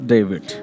David